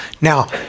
Now